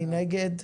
מי נגד?